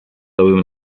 tobym